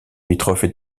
limitrophes